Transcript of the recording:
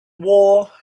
war